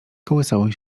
kołysały